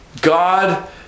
god